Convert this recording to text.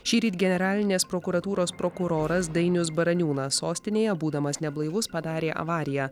šįryt generalinės prokuratūros prokuroras dainius baraniūnas sostinėje būdamas neblaivus padarė avariją